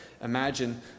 imagine